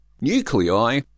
nuclei